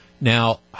Now